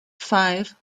five